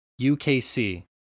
UKC